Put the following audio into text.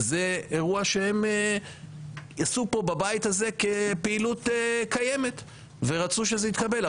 זה אירוע שהם עשו פה בבית הזה כפעילות בבית ורצו שזה יתקבל.